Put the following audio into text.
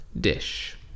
dish